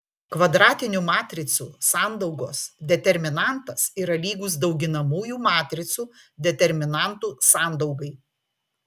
kvadratinių matricų sandaugos determinantas yra lygus dauginamųjų matricų determinantų sandaugai